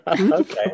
Okay